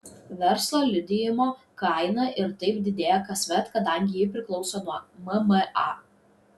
verslo liudijimo kaina ir taip didėja kasmet kadangi ji priklauso nuo mma